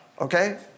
okay